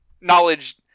knowledge